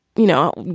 you know,